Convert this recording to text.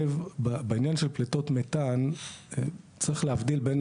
בעניין של פליטות מתאן צריך להבדיל בין